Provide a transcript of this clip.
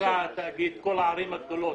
כל הערים הגדולות,